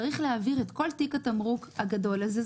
צריך להעביר את כל תיק התמרוק הגדול הזה,